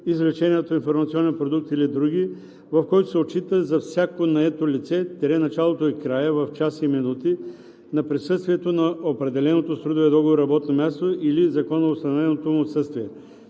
извлечение от информационен продукт или др.), в който се отчита за всяко наето лице – началото и края (в час и минути), на присъствието на определеното с трудовия договор работно място или законово установеното му отсъствие